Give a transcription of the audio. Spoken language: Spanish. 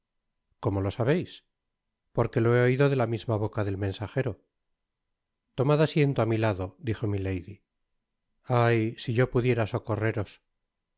cómo lo sabeis porque lo he oido de la misma boca del mensajero tomad asiento á mi lado dijo milady ay i si yo pudiera socorreros